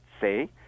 say